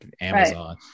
Amazon